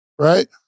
Right